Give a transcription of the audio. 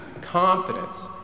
confidence